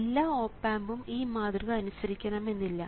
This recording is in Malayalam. എല്ലാ ഓപ് ആമ്പും ഈ മാതൃക അനുസരിക്കണമെന്നില്ല